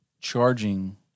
charging